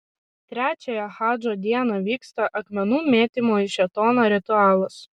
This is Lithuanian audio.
trečiąją hadžo dieną vyksta akmenų mėtymo į šėtoną ritualas